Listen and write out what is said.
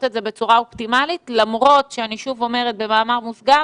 את זה בצורה אופטימלית למרות שאני שוב אומרת במאמר מוסגר